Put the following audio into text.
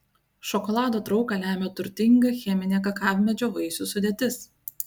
šokolado trauką lemia turtinga cheminė kakavmedžio vaisių sudėtis